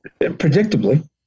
predictably